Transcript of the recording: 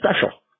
special